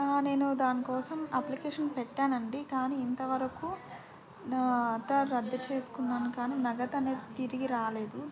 నేను దానికోసం అప్లికేషన్ పెట్టానండి కానీ ఇంతవరకు నా ఆర్డర్ రద్దు చేసుకున్నాను కానీ నగదు అనేది తిరిగి రాలేదు